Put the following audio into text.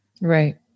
Right